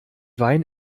wein